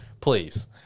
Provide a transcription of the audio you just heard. Please